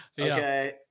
okay